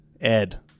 Ed